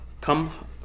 come